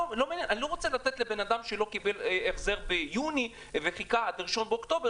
רוצה לתת לאדם שלא קיבל החזר ביוני וחיכה עד 1 באוקטובר,